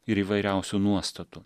ir įvairiausių nuostatų